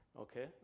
okay